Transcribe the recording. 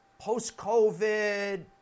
post-COVID